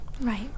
Right